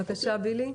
בקשה, בילי.